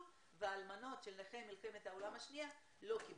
ואלמנות של נכי מלחמת העולם השנייה לא קיבלו.